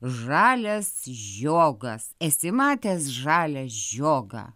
žalias žiogas esi matęs žalią žiogą